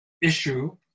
issue